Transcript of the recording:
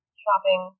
shopping